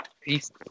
Peace